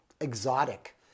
exotic